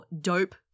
DOPE